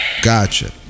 Gotcha